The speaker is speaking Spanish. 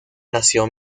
nació